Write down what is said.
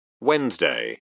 Wednesday